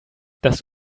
das